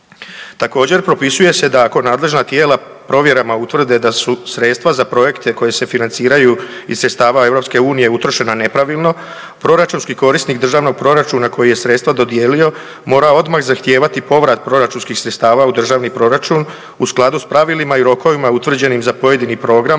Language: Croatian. Također, propisuje se da ako nadležna tijela provjerama utvrde da su sredstva za projekte koji se financiraju iz sredstava EU utrošena nepravilno, proračunski korisnik državnog proračuna koji je sredstva dodijelio, mora odmah zahtijevati povrat proračunskih sredstava u državni proračun u skladu s pravilima i rokovima utvrđenim za pojedini program,